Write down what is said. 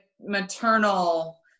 maternal